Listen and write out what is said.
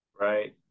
Right